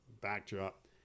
backdrop